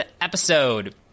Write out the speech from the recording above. episode